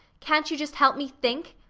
can't you just help me think?